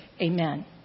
Amen